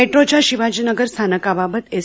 मेट्रोच्या शिवाजीनगर स्थानकाबाबत एस